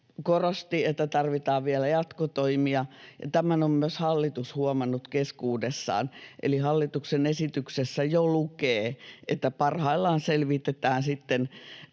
korosti, että tarvitaan vielä jatkotoimia, ja tämän on myös hallitus huomannut keskuudessaan, eli hallituksen esityksessä jo lukee, että parhaillaan selvitetään sitten,